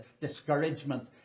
discouragement